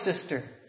sister